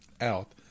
out